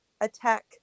Attack